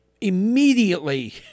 immediately